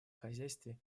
хозяйстве